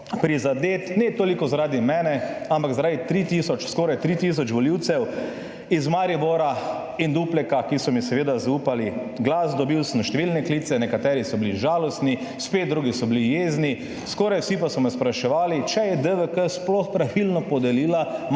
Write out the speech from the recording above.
prizadet, ne toliko zaradi mene, ampak zaradi 3 tisoč, skoraj 3 tisoč volivcev iz Maribora in Dupleka, ki so mi seveda zaupali glas. Dobil sem številne klice, nekateri so bili žalostni, spet drugi so bili jezni, skoraj vsi pa so me spraševali, če je DVK sploh pravilno podelila